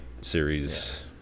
series